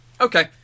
Okay